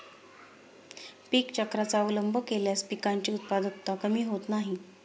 पीक चक्राचा अवलंब केल्यास पिकांची उत्पादकता कमी होत नाही